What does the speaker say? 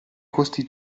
costi